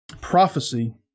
Prophecy